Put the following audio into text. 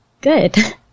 Good